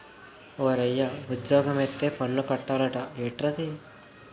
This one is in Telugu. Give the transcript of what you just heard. ఓరయ్యా ఉజ్జోగమొత్తే పన్ను కట్టాలట ఏట్రది